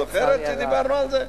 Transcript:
כן, את זוכרת שדיברנו על זה?